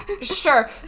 Sure